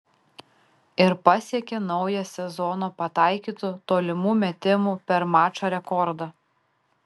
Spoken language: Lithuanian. ir pasiekė naują sezono pataikytų tolimų metimų per mačą rekordą